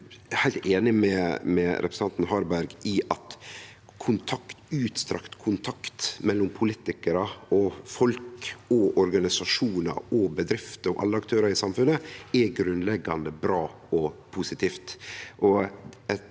er eg heilt einig med representanten Harberg i at kontakt, utstrekt kontakt, mellom politikarar og folk, organisasjonar, bedrifter og alle aktørar i samfunnet er grunnleggjande bra og positivt.